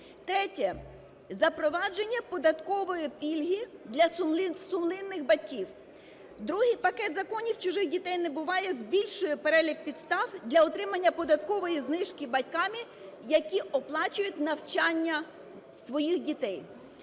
Третє – запровадження податкової пільги для сумлінних батьків. Другий пакет законів "Чужих дітей не буває" збільшує перелік підстав для отримання податкової знижки батьками, які оплачують навчання своїх дітей.